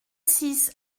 six